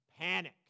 panic